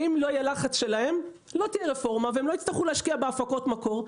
אם לא יהיה לחץ שלהם לא תהיה רפורמה והם לא יצטרכו להשקיע בהפקות מקור.